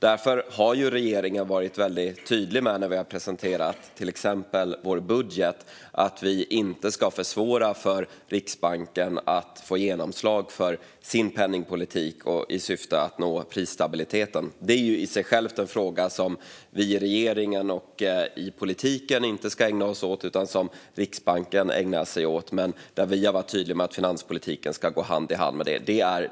När vi i regeringen har presenterat till exempel vår budget har vi därför varit tydliga med att vi inte ska försvåra för Riksbanken att få genomslag för sin penningpolitik i syfte att nå prisstabilitet. Detta är i sig självt en fråga som vi i regeringen och i politiken inte ska ägna oss åt utan som Riksbanken ägnar sig åt, men vi har varit tydliga med att finanspolitiken ska gå hand i hand med det.